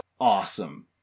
awesome